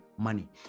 Money